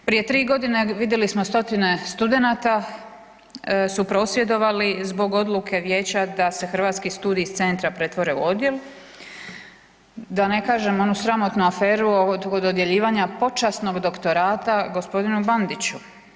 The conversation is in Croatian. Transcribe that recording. Prije 3 g. vidjeli smo stotine studenata su prosvjedovali zbog odluke vijeća da se Hrvatski studiji iz centra pretvore u odjel, da ne kažem onu sramotnu aferu od dodjeljivanja počasnog doktorata g. Bandiću.